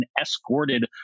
escorted